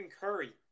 Curry